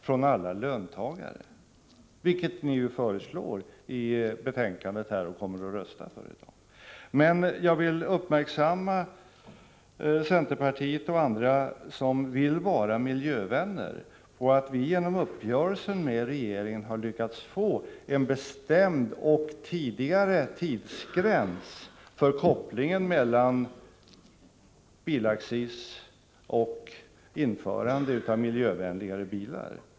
från alla löntagare, vilket ni ju föreslår i betänkandet och kommer att rösta för i dag. Jag vill göra centerpartiet och andra som vill vara miljövänner uppmärksamma på att vi genom uppgörelsen med regeringen har lyckats få en bestämd och tidigare tidsgräns för kopplingen mellan bilaccis och införande av miljövänligare bilar.